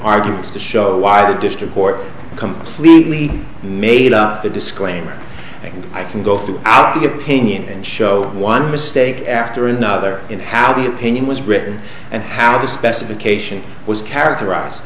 arguments to show why the district court completely made up the disclaimer i think i can go through out the opinion and show one mistake after another in how the opinion was written and how the specification was characterize